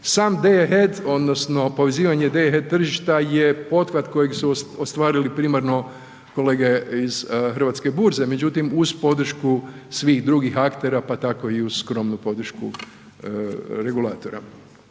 Sam Day ahead odnosno povezivanje Day ahead tržišta je pothvat kojeg su ostvarili primarno kolege iz Hrvatske burze međutim uz podršku svih drugih aktera, pa tako i uz skromnu podršku regulatora.